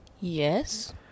Yes